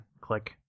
Click